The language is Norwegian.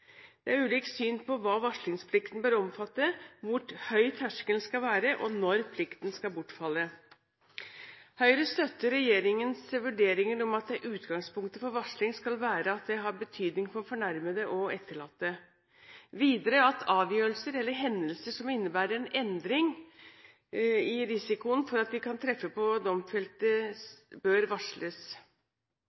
Det er ulikt syn på hva varslingsplikten bør omfatte, hvor høy terskelen skal være, og når plikten skal bortfalle. Høyre støtter regjeringens vurderinger om at utgangspunktet for varsling skal være at det har betydning for fornærmede og etterlatte, og videre at avgjørelser eller hendelser som innebærer en endring i risikoen for at de kan treffe på domfelte, bør varsles.